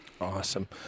awesome